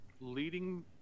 leading